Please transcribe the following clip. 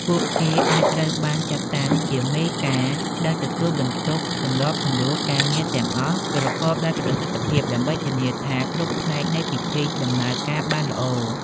ពួកគេអាចត្រូវបានចាត់តាំងជា "មេការ" ដោយទទួលបន្ទុក សម្របសម្រួលការងារទាំងអស់ ប្រកបដោយប្រសិទ្ធភាព ដើម្បីធានាថាគ្រប់ផ្នែកនៃពិធីដំណើរការបានល្អ។